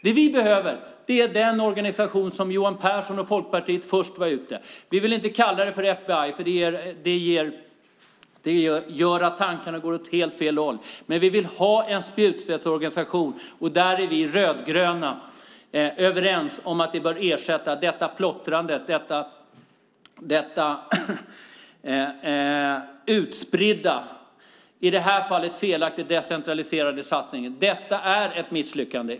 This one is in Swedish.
Det vi behöver är den organisation som Johan Pehrson och Folkpartiet först var ute med. Vi vill inte kalla den FBI, för det gör att tankarna går åt helt fel håll. Men vi vill ha en spjutspetsorganisation. Vi rödgröna är överens om att detta plottrande, denna utspridda och i det här fallet felaktigt decentraliserade satsning är ett misslyckande.